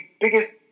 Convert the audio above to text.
biggest